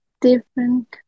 different